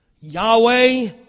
Yahweh